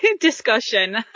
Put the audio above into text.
discussion